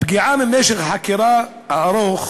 הפגיעה ממשך החקירה הארוך